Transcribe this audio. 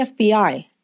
FBI